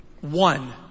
one